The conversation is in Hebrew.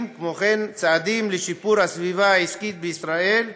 צעדים לשיפור הסביבה העסקית בישראל,